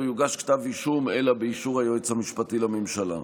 לא יוגש כתב אישום אלא באישור היועץ המשפטי לממשלה.